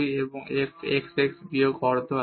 এবং f xx বিয়োগ half হবে